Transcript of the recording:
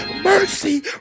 mercy